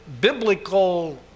Biblical